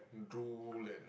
drool and